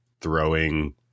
throwing